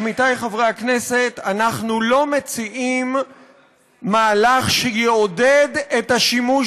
עמיתי חברי הכנסת: אנחנו לא מציעים מהלך שיעודד את השימוש